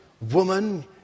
woman